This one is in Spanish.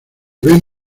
ven